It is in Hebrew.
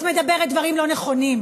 את מדברת דברים לא נכונים.